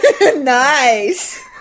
Nice